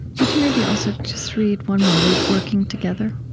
would you maybe also just read one more? read working together?